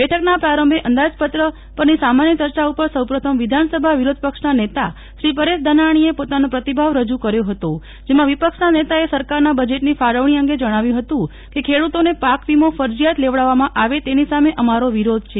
બેઠકના પ્રારંભે અંદાજપત્ર પરની સામાન્ય ચર્ચા ઉપર સો પ્રથમ વિધાનસભા વિરોધ પક્ષના નેતા શ્રી પરેશ ધાનાણીએ પોતાનો પ્રતિભાવ રજૂ કર્યો હતો જેમાં વિપક્ષના નેતાએ સરકારના બજેટની ફાળવણી અંગે જણાવ્યું હતું કે ખેડૂતોને પાક વિમો ફરજીયાત લેવડાવામાં આવે તેની સામે અમારો વીરોધ છે